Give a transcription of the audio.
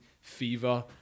fever